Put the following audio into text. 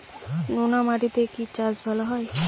নোনা মাটিতে কোন চাষ ভালো হয়?